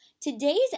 today's